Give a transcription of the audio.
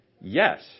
Yes